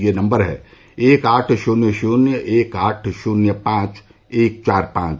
यह नम्बर है एक आठ शून्य शून्य एक आठ शून्य पांच एक चार पांच